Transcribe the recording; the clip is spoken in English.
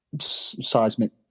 seismic